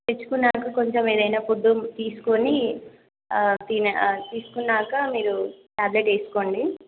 తెచ్చుకున్నాక కొంచెం ఏదైనా ఫుడ్ తీసుకుని తిన తీసుకున్నాక మీరు టాబ్లెట్ వేసుకోండి